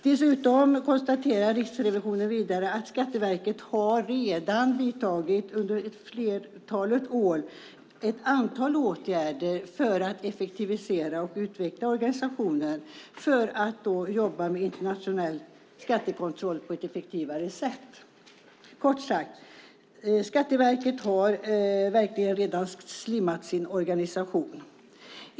Dessutom konstaterar Riksrevisionen att Skatteverket under ett flertal år redan har vidtagit ett antal åtgärder för att effektivisera och utveckla organisationen för att man ska jobba med internationell skattekontroll på ett effektivare sätt. Kort sagt: Skatteverket har verkligen redan slimmat sin organisation.